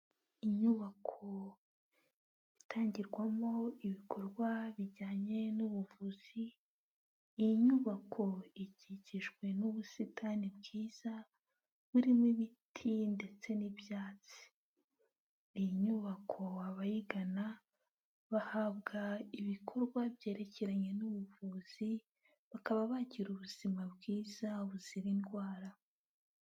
Inyubako itangirwamo ibikorwa bijyanye n'ubuvuzi, iyi nyubako ikikijwe n'ubusitani bwiza burimo ibiti ndetse n'ibyatsi. Iyi nyubako abayigana bahabwa ibikorwa byerekeranye n'ubuvuzi, bakaba bagira ubuzima bwiza buzira indwara.